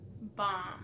bomb